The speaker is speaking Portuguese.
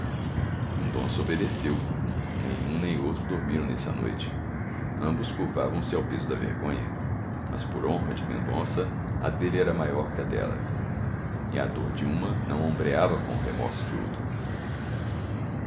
mendonça obedeceu nem um nem outro dormiram nessa noite ambos curvavam se ao peso da vergonha mas por honra de mendonça a dele era maior que a dela e a dor de uma não ombreava com o remorso de outro